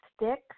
sticks